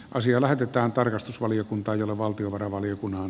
asia lähetetään tarkastusvaliokunta ja valtiovarainvaliokunnan